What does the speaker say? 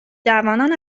جوانان